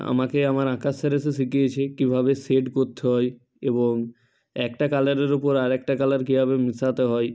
আমাকে আমার আঁকার স্যার এসে শিখিয়েছে কীভাবে শেড করতে হয় এবং একটা কালারের উপর আর একটা কালার কীভাবে মেশাতে হয়